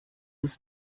was